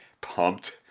pumped